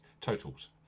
Totals